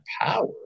power